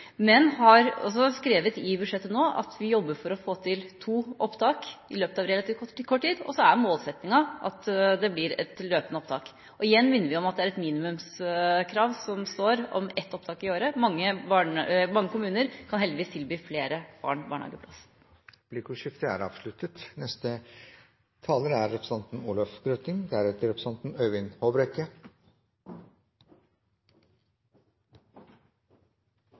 Men vi har også skrevet i budsjettet at vi jobber for å få til to opptak i løpet av relativt kort tid, og så er målsettingen at det blir et løpende opptak. Og igjen minner vi om at ett opptak i året er et minimumskrav. Mange kommuner kan heldigvis tilby flere barn barnehageplass. Replikkordskiftet er